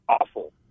awful